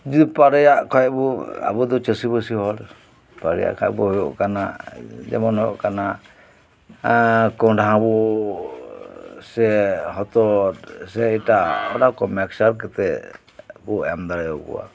ᱡᱩᱫᱤ ᱯᱟᱨᱮᱭᱟᱜ ᱠᱷᱟᱡ ᱵᱩ ᱟᱵᱚ ᱫᱚ ᱪᱟᱹᱥᱤ ᱵᱟᱹᱥᱤ ᱦᱚᱲ ᱯᱟᱨᱮᱭᱟᱜ ᱠᱷᱟᱱ ᱵᱚ ᱦᱩᱭᱩᱜ ᱠᱟᱱᱟ ᱡᱮᱢᱚᱱ ᱦᱩᱭᱩᱜ ᱠᱟᱱᱟ ᱠᱚᱱᱰᱷᱟ ᱵᱚ ᱥᱮ ᱦᱚᱛᱚᱫ ᱥᱮ ᱮᱴᱟᱜᱼᱟ ᱚᱱᱟ ᱠᱚ ᱢᱮᱥ ᱠᱟᱛᱮᱫ ᱵᱚ ᱮᱢ ᱫᱟᱲᱮᱭᱟᱠᱚᱣᱟ